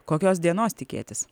kokios dienos tikėtis